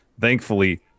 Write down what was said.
Thankfully